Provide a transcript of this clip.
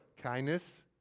kindness